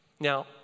Now